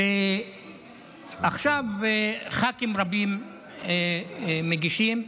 ועכשיו ח"כים רבים מגישים.